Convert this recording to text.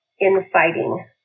infighting